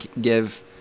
give